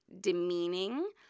demeaning